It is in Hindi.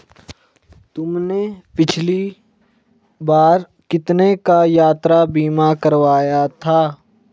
तुमने पिछली बार कितने का यात्रा बीमा करवाया था?